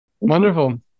wonderful